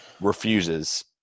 refuses